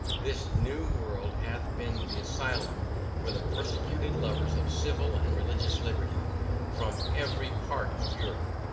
this new world hath been the asylum for the persecuted lovers of civil and religious liberty from every part of europe.